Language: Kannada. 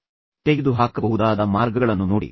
ತದನಂತರ ನೀವು ತೆಗೆದುಹಾಕಬಹುದಾದ ಮಾರ್ಗಗಳನ್ನು ನೋಡಿ